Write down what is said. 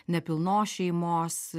nepilnos šeimos